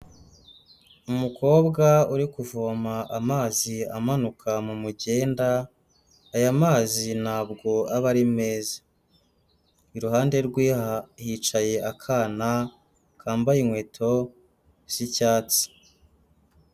Umukobwa urikuvoma amazi amanuka mu mugenda, aya mazi ntabwo aba ari meza. Iruhande rwe hicaye akana kambaye inkweto z'icyatsi.